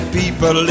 people